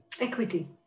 Equity